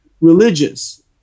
religious